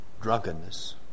drunkenness